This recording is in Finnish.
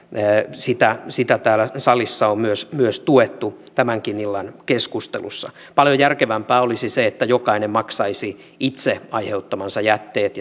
sitä sitä täällä salissa on myös myös tuettu tämänkin illan keskustelussa paljon järkevämpää olisi se että jokainen maksaisi itse aiheuttamansa jätteet